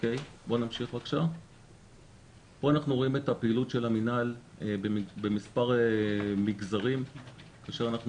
רואים את הפעילות של המינהל במספר מגזרים כאשר אנחנו